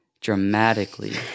dramatically